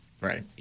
Right